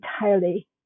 entirely